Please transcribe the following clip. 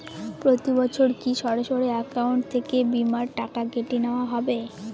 প্রতি বছর কি সরাসরি অ্যাকাউন্ট থেকে বীমার টাকা কেটে নেওয়া হবে?